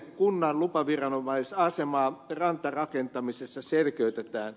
kunnan lupaviranomaisasemaa rantarakentamisessa selkeytetään